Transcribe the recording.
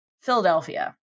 Philadelphia